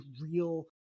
real